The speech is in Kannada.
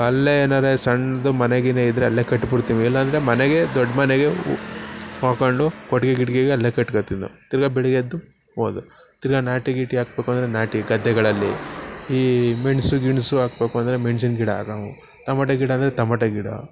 ಅಲ್ಲೇ ಏನರೆ ಸಣ್ಣದು ಮನೆ ಗಿನೆ ಇದ್ದರೆ ಅಲ್ಲೇ ಕಟ್ಟಿ ಬಿಡ್ತೀವಿ ಇಲ್ಲ ಅಂದರೆ ಮನೆಗೆ ದೊಡ್ಡ ಮನೆಗೆ ಉ ಹಾಕೊಂಡು ಕೊಟ್ಟಿಗೆ ಗಿಟ್ಗೆಗ್ ಅಲ್ಲೇ ಕಟ್ಕೋತಿದ್ದೊ ತಿರ್ಗ ಬೆಳಗ್ಗೆ ಎದ್ದು ಹೋದೊ ತಿರ್ಗ ನಾಟಿ ಗೀಟಿ ಹಾಕ್ಬೇಕು ಅಂದರೆ ನಾಟಿ ಗದ್ದೆಗಳಲ್ಲಿ ಈ ಮೆಣಸು ಗಿಣ್ಸು ಹಾಕ್ಬೇಕು ಅಂದರೆ ಮೆಣಸಿನ್ ಗಿಡ ಹಾಕವು ತೊಮೆಟ ಗಿಡ ಅಂದರೆ ತೊಮಟೆ ಗಿಡ